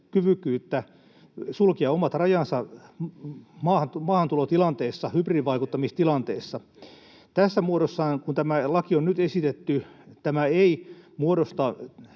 kyvykkyyttä sulkea omat rajansa maahantulotilanteessa, hybridivaikuttamistilanteessa. Tässä muodossaan, kuin tämä laki on nyt esitetty, tämä ei muodosta